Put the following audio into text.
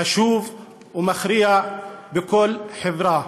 חשוב ומכריע בכל חברה,